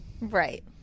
Right